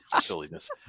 silliness